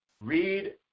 Read